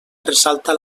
ressalta